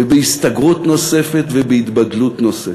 ובהסתגרות נוספת ובהתבדלות נוספת?